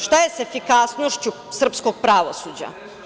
Šta je sa efikasnošću srpskog pravosuđa?